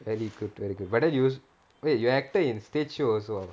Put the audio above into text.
very good very good but then you wait you acted in state show also